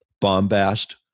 bombast